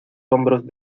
hombros